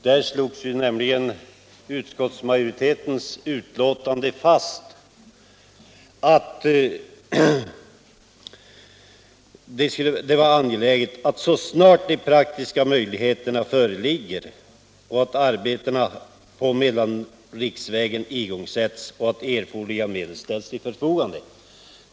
Då slogs ju utskottets utlåtande fast, att det var angeläget att så snart de praktiska möjligheterna förelåg arbetena på mellanriksvägen igångsattes och erforderliga medel ställdes till förfogande.